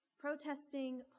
protesting